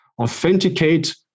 authenticate